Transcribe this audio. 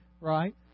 Right